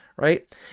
Right